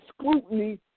scrutiny